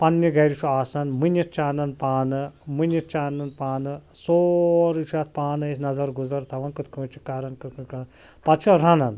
پنٛنہِ گَرِ چھُ آسان مٕنِتھ چھ انان پانہٕ مٕنِتھ چھِ انان پانہٕ سورُے چھِ اَتھ پانہٕ نَظَر گُزَر تھاوان کِتھ کٔنۍ چھِ کران کِتھ پَتہٕ چھِ رَنان